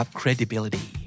credibility